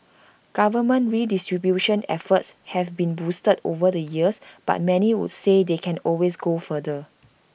government redistribution efforts have been boosted over the years but many would say they can always go further